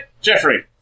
Jeffrey